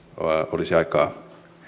olisi aikaa